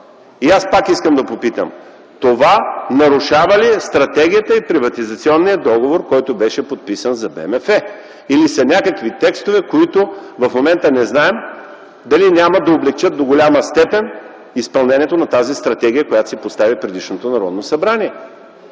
Аз пак искам да попитам: това нарушава ли стратегията и приватизационния договор, който беше подписан за БМФ? Или са някакви текстове, които в момента не знаем дали няма да облекчат до голяма степен изпълнението на тази стратегия, която си постави предишното Народно събрание?